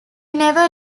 never